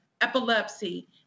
epilepsy